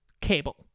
Cable